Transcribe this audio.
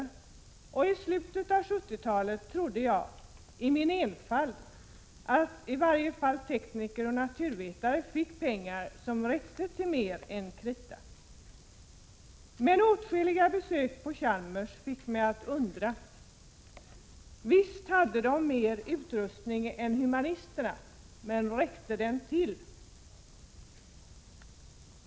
I slutet av 1970-talet trodde jag i min enfald att i varje fall tekniker och naturvetare fick pengar så att det räckte till mer än krita. Men åtskilliga besök på Chalmers fick mig att undra. Visst hade man där mer utrustning än vad humanisterna hade, men räckte den till?